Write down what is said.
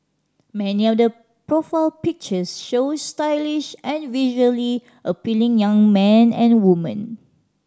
many of the profile pictures show stylish and visually appealing young men and women